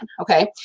Okay